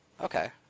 Okay